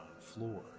floor